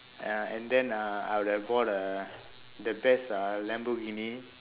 ya and then uh I would have bought a the best uh lamborghini